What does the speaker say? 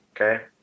Okay